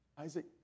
Isaac